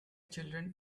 children